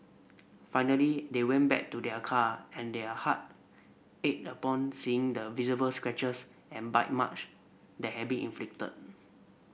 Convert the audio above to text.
finally they went back to their car and their heart ached upon seeing the visible scratches and bite marks that had been inflicted